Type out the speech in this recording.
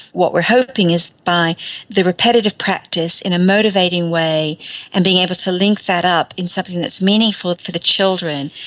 what we are hoping is by the repetitive practice in a motivating way and being able to link that up in something that is meaningful for the children,